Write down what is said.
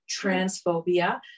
transphobia